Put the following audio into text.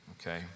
okay